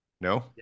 no